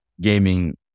gaming